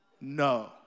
No